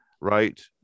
right